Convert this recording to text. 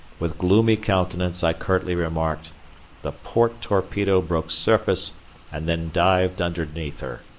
with gloomy countenance i curtly remarked the port torpedo broke surface and then dived underneath her,